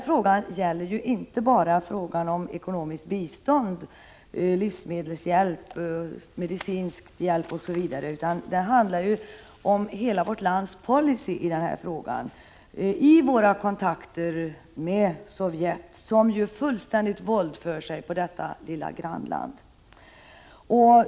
Frågan gäller ju inte bara ekonomiskt bistånd, livsmedelshjälp, medicinsk hjälp osv. utan hela vårt lands policy i det här avseendet med våra kontakter med Sovjet, som ju fullständigt våldför sig på detta lilla grannland.